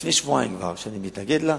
כבר לפני שבועיים שאני מתנגד לה,